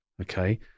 okay